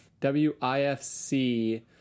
W-I-F-C